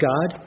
God